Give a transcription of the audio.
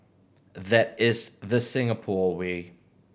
that is the Singapore way